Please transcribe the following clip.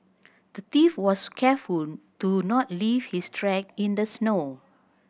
the thief was careful to not leave his track in the snow